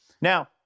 Now